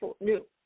New